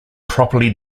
properly